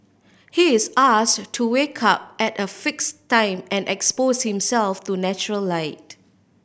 he is asked to wake up at a fix time and expose himself to natural light